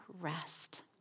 rest